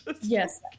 Yes